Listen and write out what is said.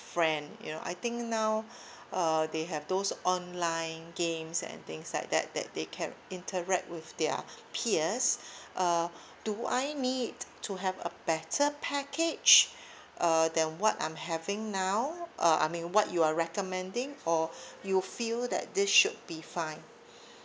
friend you know I think now uh they have those online games and things like that that they can interact with their peers uh do I need to have a better package uh then what I'm having now uh I mean what you are recommending or you feel that this should be fine